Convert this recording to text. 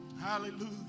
Hallelujah